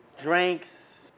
drinks